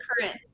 current